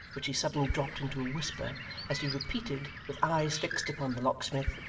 which he suddenly dropped into a whisper as he repeated, with eyes fixed upon the locksmith,